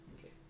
okay